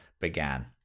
began